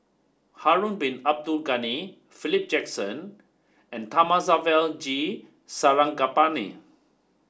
Harun Bin Abdul Ghani Philip Jackson and Thamizhavel G Sarangapani